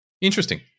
Interesting